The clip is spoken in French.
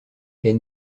est